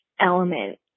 element